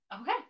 okay